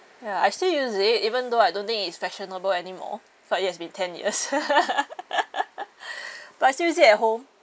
ya I still use it even though I don't think it's fashionable anymore for it has been ten years but I still use it at home